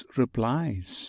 replies